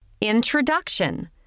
Introduction